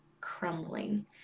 crumbling